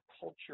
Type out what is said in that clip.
culture